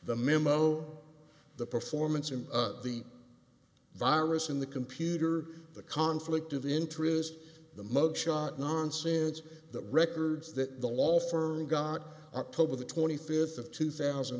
the memo the performance of the virus in the computer the conflict of interest the mug shot nonsense that records that the law for got up with the twenty fifth of two thousand